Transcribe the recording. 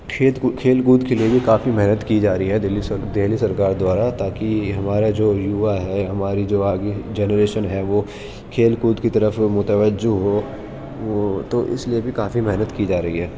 کھیت کو کھیل کود کے لیے بھی کافی محنت کی جا رہی ہے دلی سر دلی سرکار دوارا تاکہ ہمارا جو یوا ہے ہماری جو آگے جنریشن ہے وہ کھیل کود کی طرف متوجہ ہو وہ تو اس لیے بھی کافی محنت کی جا رہی ہے